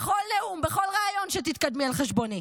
בכל נאום, בכל ריאיון, כשתתקדמי על חשבוני.